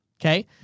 okay